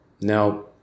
Now